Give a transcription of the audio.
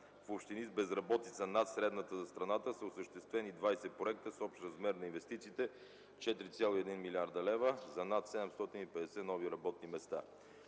В общини с безработица над средната за страната са осъществени 20 проекта с общ размер на инвестициите 4,1 млрд. лв. за над 750 нови работни места.